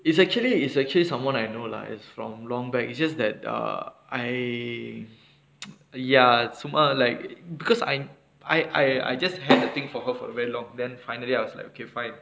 it's actually it's actually someone I know lah is from long back it's just that uh I ya somehow like because I I I just had the thing for her for very long then finally I was like okay fine